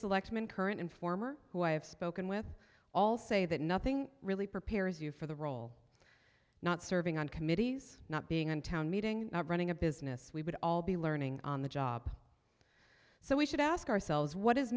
selectman current and former who i have spoken with all say that nothing really prepares you for the role not serving on committees not being in town meeting not running a business we would all be learning on the job so we should ask ourselves what is